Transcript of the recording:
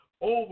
Over